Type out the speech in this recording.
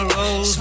roll